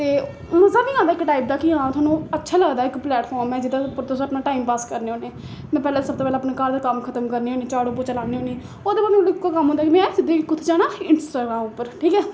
ते हून बी आंदा इक टाइप दा कि हां थुहानू अच्छा लगदा इक प्लैटफार्म ऐ जेह्दे उप्पर तुस अपना टाइम पास करने होन्ने में पैह्लें सब तू पैह्लें अपने घर कम्म खतम करनी होन्नी झाड़ू पौचा लान्नी होन्नी ओह्दे बाद मीं इक्को कम्म होंदा कि में सिद्धी कु'त्थें जाना इंस्टाग्राम उप्पर ठीक ऐ